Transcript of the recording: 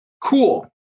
cool